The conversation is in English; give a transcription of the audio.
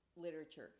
literature